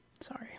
sorry